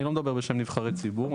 אני לא מדבר בשם נבחרי ציבור,